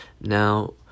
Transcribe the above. Now